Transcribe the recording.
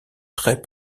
très